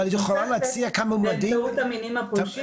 איזה מועמדים